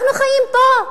אנחנו חיים פה,